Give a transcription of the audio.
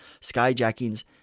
skyjackings